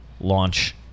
launch